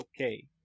okay